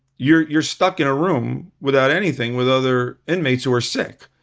you're you're stuck in a room without anything with other inmates who are sick.